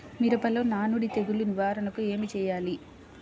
మిరపలో నానుడి తెగులు నివారణకు ఏమి చేయాలి?